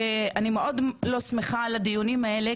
אני מאוד לא שמחה על הדיונים האלה,